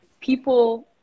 people